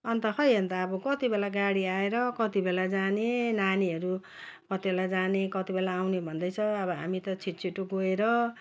अन्त खै अन्त अब कति बेला गाडी आएर कति बेला जाने नानीहरू कति बेला जाने कति बेला आउने भन्दै छ अब हामी त छिटछिटो गएर